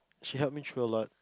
she help me through a lot